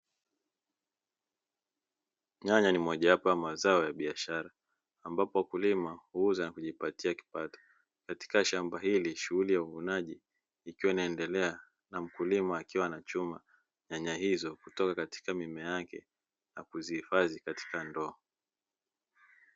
Nyanya ni mojawapo ya mazao ya biashara ambapo wakulima huuza na kujipatia kipato katika shamba hili shughuli ya uvunaji, ikiwa inaendelea na mkulima akiwa na chuma nyanya hizo kutoka katika mimea yake na kuzihifadhi katika ndoo.